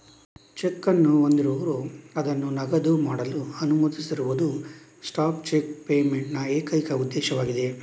check ಅನ್ನು ಹೊಂದಿರುವವರು ಅದನ್ನು ನಗದು ಮಾಡಲು ಅನುಮತಿಸದಿರುವುದು ಸ್ಟಾಪ್ ಚೆಕ್ ಪೇಮೆಂಟ್ ನ ಏಕೈಕ ಉದ್ದೇಶವಾಗಿದೆ